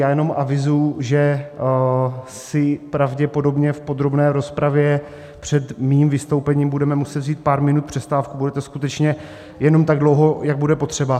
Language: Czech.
Já jenom avizuji, že si pravděpodobně v podrobné rozpravě před mým vystoupením budeme muset vzít pár minut přestávku bude to skutečně jenom tak dlouho, jak bude potřeba.